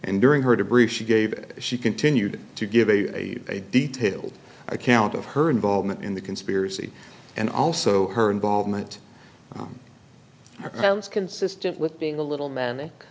and during her debris she gave she continued to give a detailed account of her involvement in the conspiracy and also her involvement i was consistent with being a little man